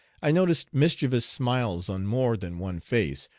i noticed mischievous smiles on more than one face,